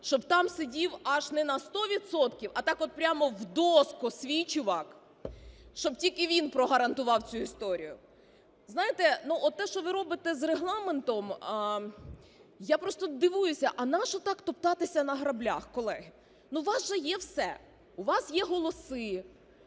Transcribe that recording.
щоб там сидів аж не на сто відсотків, а так от прямо в доску свій чувак. Щоб тільки він прогарантував цю історію. Знаєте, ну, оте, що ви робите з Регламентом, я просто дивуюся, а нащо так топтатися на граблях, колеги? Ну, у вас же є все. У вас є голоси,